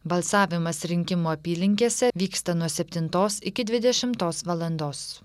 balsavimas rinkimų apylinkėse vyksta nuo septintos iki dvidešimtos valandos